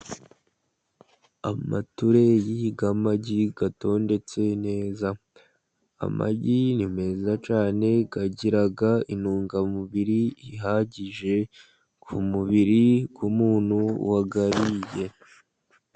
Amatureye y'amagi yatondetse neza, amagi ni meza cyane, agira intungamubiri ihagije ku mubiri, w'umuntu wayariye.